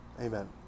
Amen